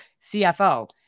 CFO